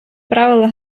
правила